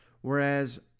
whereas